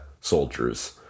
soldiers